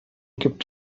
gibt